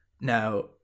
Now